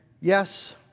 yes